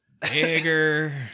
Bigger